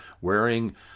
wearing